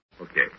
Okay